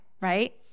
right